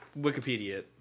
wikipedia